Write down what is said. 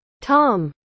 Tom